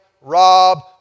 rob